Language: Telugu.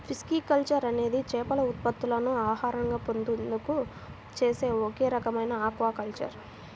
పిస్కికల్చర్ అనేది చేపల ఉత్పత్తులను ఆహారంగా పొందేందుకు చేసే ఒక రకమైన ఆక్వాకల్చర్